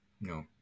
No